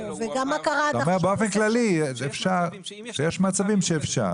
אתה אומר באופן כללי שיש מצבים שאפשר.